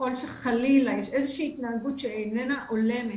ככל שחלילה יש איזושהי התנהגות שאיננה הולמת,